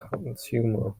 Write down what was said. consumer